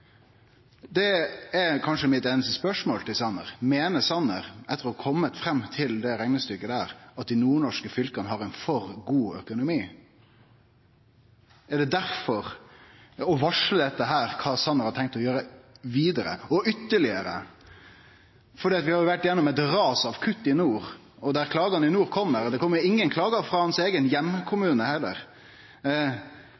Det er kanskje mitt einaste spørsmål til statsråd Sanner: Meiner Sanner etter å ha kome fram til det reknestykket at dei nordnorske fylka har ein for god økonomi? Og ved å varsle dette – kva har Sanner tenkt å gjere vidare og ytterlegare? Vi har vore gjennom eit ras av kutt i nord. Og klagene kjem i nord – det kjem ingen klager frå hans eigen